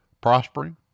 prospering